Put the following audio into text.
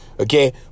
Okay